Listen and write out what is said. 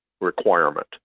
requirement